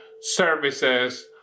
services